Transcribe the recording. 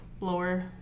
lower